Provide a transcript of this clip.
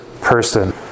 person